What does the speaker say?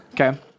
Okay